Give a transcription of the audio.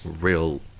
real